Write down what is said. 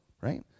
Right